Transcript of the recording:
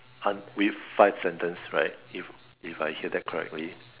un~ with five sentence right if if I hear that correctly